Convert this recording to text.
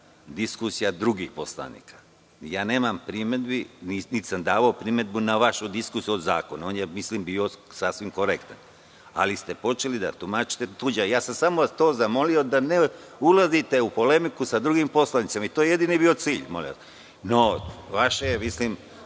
diskusija drugih poslanika. Nemam primedbi, niti sam davao primedbu na vašu diskusiju o zakonu, on je bio sasvim korektan, ali ste počeli da tumačite tuđe. Samo sam vas zamolio da ne ulazite u polemiku sa drugim poslanicima, to je jedini bio cilj, no, vaše je